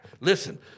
listen